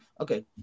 okay